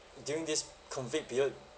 during this COVID period